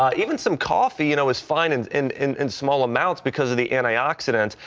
um even some coffee you know is fine and in in small amounts because of the antioxidants,